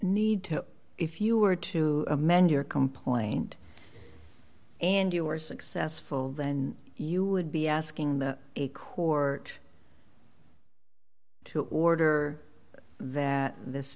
need to if you were to amend your complaint and you were successful then you would be asking that a corps to order that this